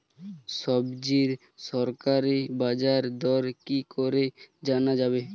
সবজির সরকারি বাজার দর কি করে জানা যাবে?